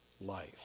life